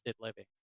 living